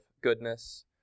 goodness